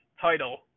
title